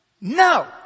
No